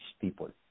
people